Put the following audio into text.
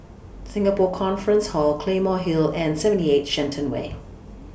Singapore Conference Hall Claymore Hill and seventy eight Shenton Way